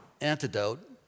antidote